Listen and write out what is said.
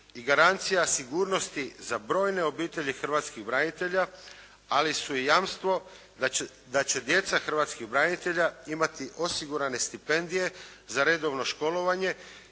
i garancija sigurnosti za brojne obitelji hrvatskih branitelja ali su i jamstvo da će djeca hrvatskih branitelja imati osigurane stipendije za redovno školovanje.